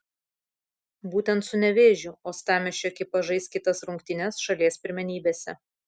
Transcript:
būtent su nevėžiu uostamiesčio ekipa žais kitas rungtynes šalies pirmenybėse